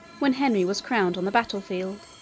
when henry was crowned on the battle-field.